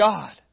God